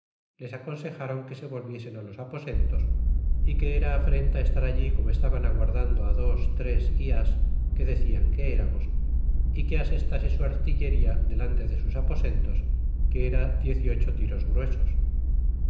le aconsejaron que se volviesen los aposentos y que era afrenta estar allí como estaban aguardando dos tres y as que decian que eramos y que asestase su artillería delante de sus aposentos que era diez y ocho tiros gruesos